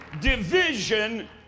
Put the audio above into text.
Division